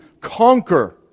conquer